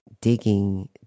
digging